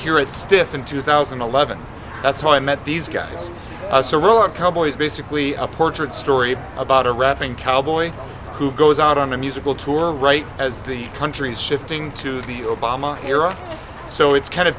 here at stiff in two thousand and eleven that's how i met these guys a surreal and cowboys basically a portrait story about a rapping cowboy who goes out on a musical tour right as the country's shifting to the obama era so it's kind of